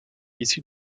issus